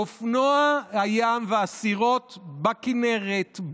אופנוע הים והסירות בכינרת,